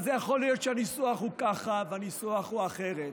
אז יכול להיות שהניסוח הוא ככה והניסוח הוא אחרת,